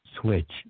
switch